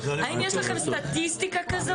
האם יש לכם סטטיסטיקה כזאת?